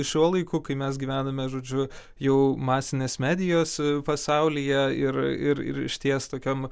šiuo laiku kai mes gyvename žodžiu jau masinės medijos pasaulyje ir ir ir išties tokiam